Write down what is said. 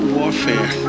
warfare